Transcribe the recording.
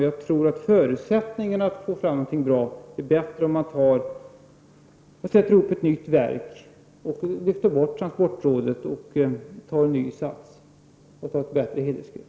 Jag tror att förutsättningarna för att få fram någonting bra blir bättre om man skapar ett nytt verk, lyfter bort transportrådet, tar ny sats och får ett bättre helhetsgrepp.